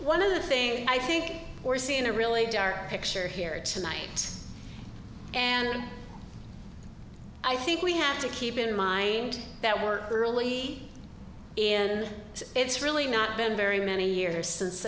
one of the things i think we're seeing a really dark picture here tonight and i think we have to keep in mind that work early in it's really not been very many years since